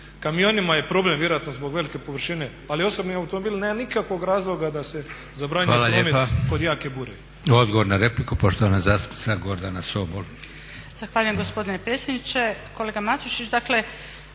kamionima je problem vjerojatno zbog velike površine, ali osobni automobil nema nikakvog razloga da se zabranjuje promet kod jake bure.